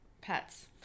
pets